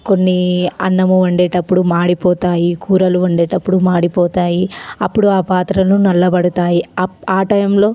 కొన్ని అన్నము వండేటప్పుడు మాడిపోతాయి కూరలు వండేటప్పుడు మాడిపోతాయి అప్పుడు ఆ పాత్రలు నల్లబడతాయి అప్ ఆ టైంలో